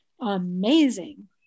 amazing